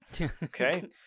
Okay